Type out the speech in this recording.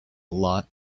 lot